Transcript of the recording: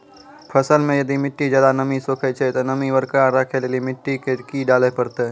फसल मे यदि मिट्टी ज्यादा नमी सोखे छै ते नमी बरकरार रखे लेली मिट्टी मे की डाले परतै?